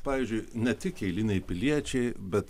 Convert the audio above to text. pavyzdžiui ne tik eiliniai piliečiai bet